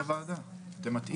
הוא מטעה את הוועדה, אתם מטעים.